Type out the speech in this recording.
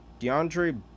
DeAndre